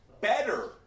better